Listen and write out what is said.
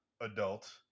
adult